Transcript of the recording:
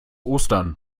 ostern